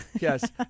Yes